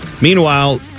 Meanwhile